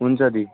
हुन्छ दी